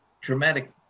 dramatic